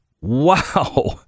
Wow